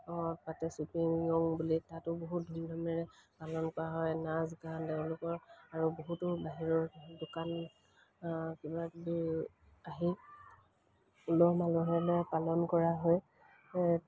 পাতে ছুপিং য়ং বুলি তাতো বহুত ধুমধমেৰে পালন কৰা হয় নাচ গান তেওঁলোকৰ আৰু বহুতো বাহিৰৰ দোকান কিবা কিবি আহি উলহ মালহৰে পালন কৰা হয়